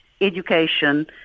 education